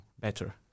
better